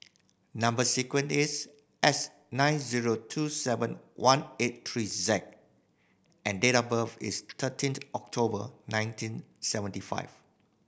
number sequence is S nine zero two seven one eight three Z and date of birth is thirteenth October nineteen seventy five